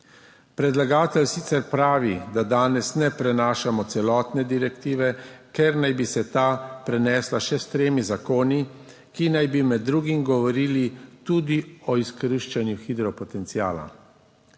Predlagatelj sicer pravi, da danes ne prenašamo celotne direktive, ker naj bi se ta prenesla še s tremi zakoni, ki naj bi med drugim govorili tudi o izkoriščanju hidropotenciala.